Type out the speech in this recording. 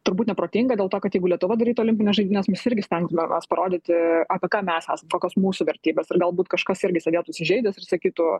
turbūt neprotinga dėl to kad jeigu lietuva darytų olimpines žaidynes mes irgi stengtumėmės parodyti apie ką mes esam kokios mūsų vertybės ir galbūt kažkas irgi sėdėtų įsižeidęs ir sakytų